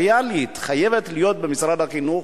המיניסטריאלית חייבת להיות במשרד החינוך,